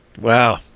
wow